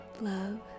Love